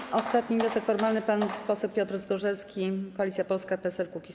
I ostatni wniosek formalny, pan poseł Piotr Zgorzelski, Koalicja Polska - PSL - Kukiz15.